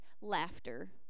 laughter